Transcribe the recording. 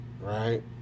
right